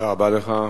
תודה רבה לך.